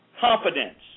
confidence